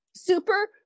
super